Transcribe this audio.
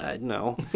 no